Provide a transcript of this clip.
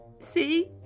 see